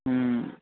ہوں